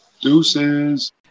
Deuces